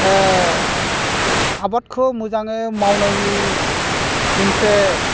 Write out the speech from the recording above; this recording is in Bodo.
आबादखौ मोजाङै मावनायनि मोनसे